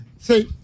See